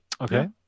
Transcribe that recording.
okay